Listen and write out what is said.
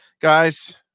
guys